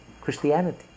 Christianity